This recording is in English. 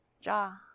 jaw